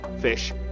fish